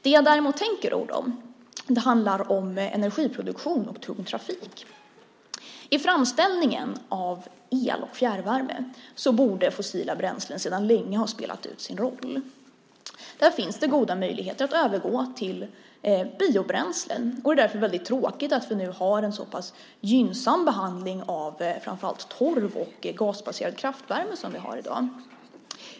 Det jag däremot tänker orda om handlar om energiproduktion och tung trafik. I framställningen av el och fjärrvärme borde fossila bränslen sedan länge ha spelat ut sin roll. Där finns det goda möjligheter att övergå till biobränslen, och det är därför väldigt tråkigt att vi nu har en så pass gynnsam behandling av framför allt torv och gasbaserad kraftvärme som vi har i dag.